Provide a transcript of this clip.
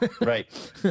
right